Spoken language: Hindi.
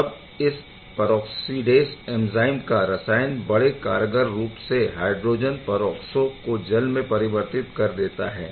तब इस परऑक्सीडेस एंज़ाइम का रसायन बड़े कारगर रूप से हायड्रोजन परऑक्सो को जल में परिवर्तित कर देता है